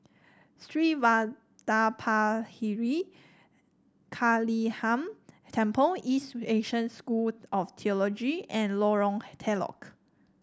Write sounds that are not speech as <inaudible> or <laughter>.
Sri Vadapathira Kaliamman Temple East Asia School of Theology and Lorong <unintelligible> Telok